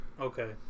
Okay